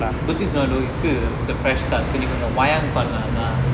it's good it's a fresh start so நீ கொஞ்ஜம்:nee konjam wayang பண்லாம் லா:panlam laa